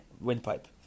windpipe